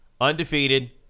Undefeated